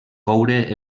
coure